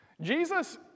Jesus